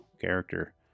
character